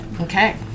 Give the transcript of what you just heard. okay